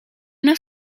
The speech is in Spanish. una